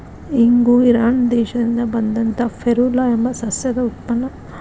ಇಂಗು ಇರಾನ್ ದೇಶದಿಂದ ಬಂದಂತಾ ಫೆರುಲಾ ಎಂಬ ಸಸ್ಯದ ಉತ್ಪನ್ನ